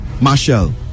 Marshall